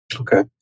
Okay